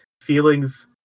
feelings